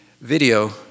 video